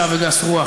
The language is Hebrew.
רשע וגס רוח",